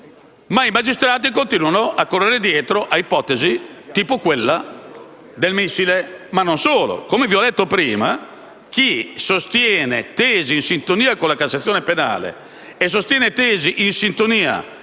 ma i magistrati continuano a correre dietro ad ipotesi tipo quella del missile. Ma non solo. Come ho detto, chi sostiene tesi in sintonia con la Cassazione penale e in sintonia